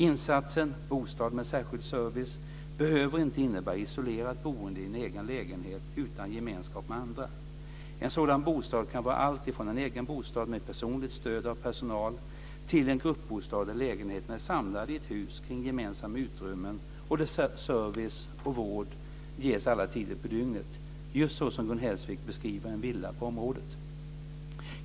Insatsen bostad med särskild service behöver inte innebära isolerat boende i en egen lägenhet utan gemenskap med andra. En sådan bostad kan vara allt från en egen bostad med personligt stöd av personal till en gruppbostad där lägenheterna är samlade i ett hus kring gemensamma utrymmen och där service och vård ges alla tider på dygnet - just så som Gun Hellsvik beskriver en villa på området.